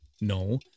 No